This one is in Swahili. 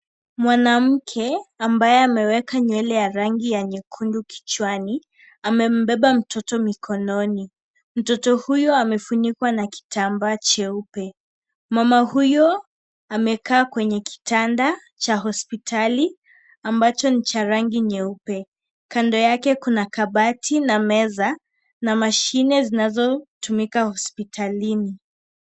Mwanamke ambaye ameweka nywele ya rangi nyekundu kichwani. Amembeba mtoto mkononi. Mtoto huyo amefunikwa na kitambaa cheupe. Mama huyo amekaa kwa kitanda cha hospitali ambacho ni cha rangi nyeupe. Kando yake kuna kabati na meza na mashine zinazotumika hospitalini.